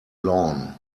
lawn